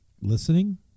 Listening